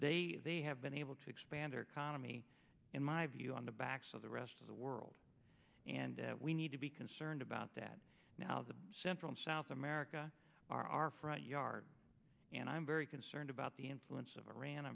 they they have been able to expand kaname in my view on the backs of the rest of the world and we need to be concerned about that now the central and south america are our front yard and i'm very concerned about the influence of iran